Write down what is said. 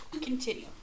Continue